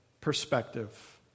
perspective